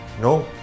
No